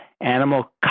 animal